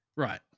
Right